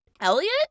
Elliot